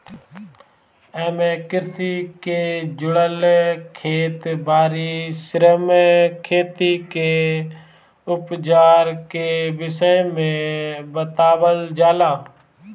एमे कृषि के जुड़ल खेत बारी, श्रम, खेती के अवजार के विषय में बतावल जाला